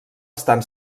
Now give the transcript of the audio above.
estan